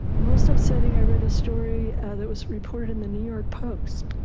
most upsetting i read a story that was reported in the new york post,